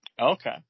Okay